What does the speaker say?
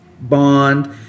bond